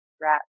rat